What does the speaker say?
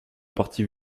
partie